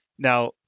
Now